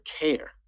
care